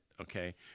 Okay